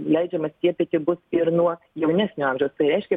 leidžiama skiepyti bus ir nuo jaunesnio amžiaus tai reiškia